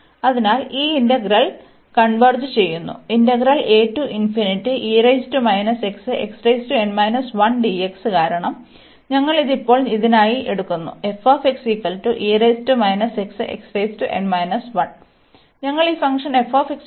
അതിനാൽ ഈ ഇന്റഗ്രൽ കാരണം ഞങ്ങൾ ഇത് ഇപ്പോൾ ഇതിനായി എടുക്കുന്നു ഞങ്ങൾ ഈ ഫംഗ്ഷൻ f എടുക്കുന്നു